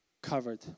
Covered